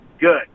good